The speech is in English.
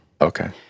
Okay